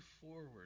forward